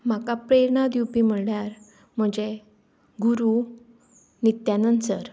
म्हाका प्रेरणा दिवपी म्हणल्यार म्हजे गुरू नित्यानंद सर